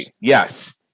Yes